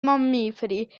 mammiferi